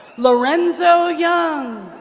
lorenzo young.